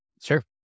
sure